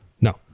No